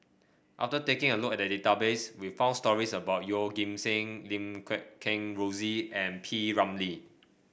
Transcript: after taking a look at the database we found stories about Yeoh Ghim Seng Lim Guat Kheng Rosie and P Ramlee